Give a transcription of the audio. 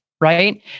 Right